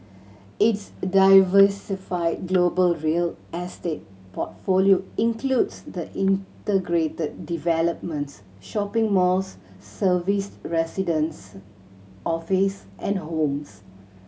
its diversified global real estate portfolio includes the integrated developments shopping malls serviced residence offices and homes